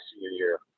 senior